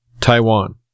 Taiwan